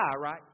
right